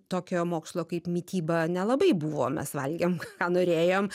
tokio mokslo kaip mityba nelabai buvo mes valgėm ką norėjom